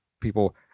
people